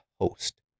host